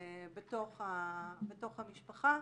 בתוך המשפחה.